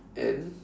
and